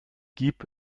gib